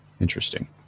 Interesting